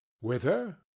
Whither